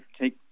take